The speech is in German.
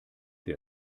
der